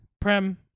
Prem